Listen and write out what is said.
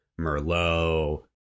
merlot